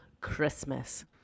Christmas